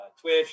Twitch